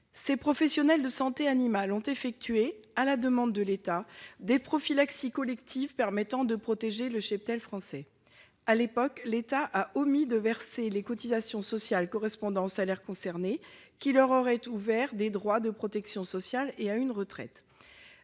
Ces professionnels de santé animale ont effectué, à la demande de l'État, des prophylaxies collectives permettant de protéger le cheptel français. À l'époque, l'État a omis de verser les cotisations sociales correspondant aux salaires concernés, qui leur auraient ouvert des droits au titre de la protection sociale et de la retraite.